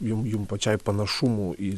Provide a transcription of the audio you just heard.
jum jum pačiai panašumų į